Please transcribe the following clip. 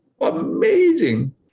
Amazing